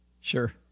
Sure